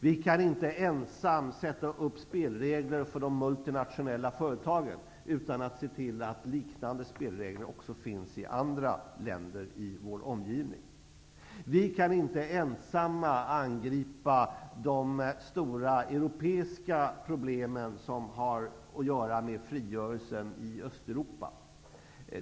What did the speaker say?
Vi kan inte ensamma sätta upp spelregler för de multinationella företagen, utan att tillse att liknande spelregler finns också i andra länder i vår omgivning. Vi kan inte ensamma angripa de stora europeiska problem som har samband med frigörelsen i Östeuropa.